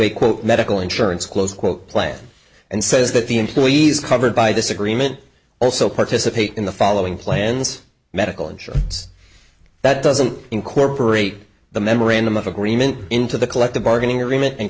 quote medical insurance close quote plan and says that the employees covered by this agreement also participate in the following plans medical insurance that doesn't incorporate the memorandum of agreement into the collective bargaining agreement and